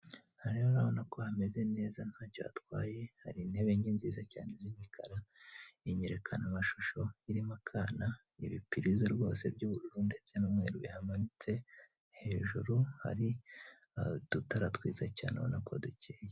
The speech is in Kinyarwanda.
Aha rero urabona ko hameze neza ntacyo hatwaye, hari intebe nziza cyane z'imikara, n'inyerekanamashusho irimo akana n'ibipirizo rwose by'ubururu ndetse n'umweru bihamanitse, hejuru hari udutara twiza cyane ubona ko dukeye.